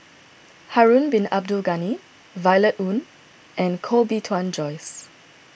Harun Bin Abdul Ghani Violet Oon and Koh Bee Tuan Joyce